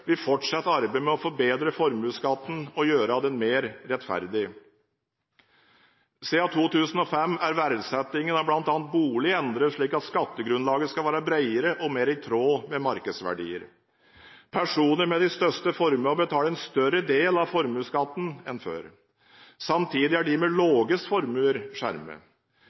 Vi fortsetter arbeidet med å forbedre formuesskatten og gjøre den mer rettferdig. Siden 2005 er verdsettingen av bl.a. bolig endret slik at skattegrunnlaget skal være bredere og mer i tråd med markedsverdiene. Personer med de største formuene må betale en større del av formuesskatten enn før. Samtidig er de med lavest formue skjermet.